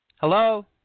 Hello